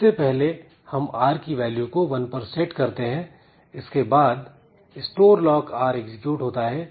इससे पहले हम आर की वैल्यू को 1 पर सेट करते हैं इसके बाद Store Lock R एग्जीक्यूट होता है